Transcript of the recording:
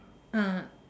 ah